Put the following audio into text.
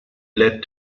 led